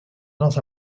not